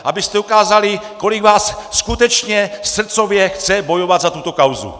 Abyste ukázali, kolik vás skutečně srdcově chce bojovat za tuto kauzu!